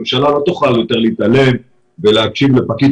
הממשלה לא תוכל יותר להתעלם ולהקשיב לפקיד